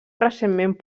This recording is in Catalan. recentment